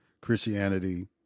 Christianity